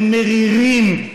למרירים.